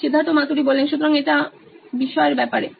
Siddharth Maturi C E O নোইন electronics সুতরাং এটা বিষয়ের ব্যাপারে